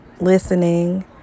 Listening